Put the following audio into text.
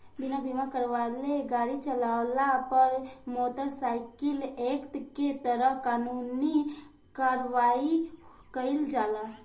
बिना बीमा करावले गाड़ी चालावला पर मोटर साइकिल एक्ट के तहत कानूनी कार्रवाई कईल जाला